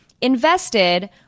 invested